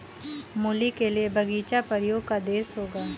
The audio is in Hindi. मूली के लिए बगीचा परियों का देश होगा